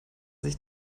sich